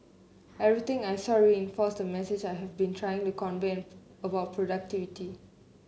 everything I saw reinforces the message I have been trying to convey about productivity